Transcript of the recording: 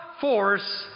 force